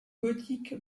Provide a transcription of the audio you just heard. gothique